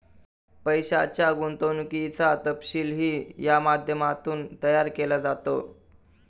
पैशाच्या गुंतवणुकीचा तपशीलही या माध्यमातून तयार केला जातो